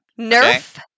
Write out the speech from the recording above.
NERF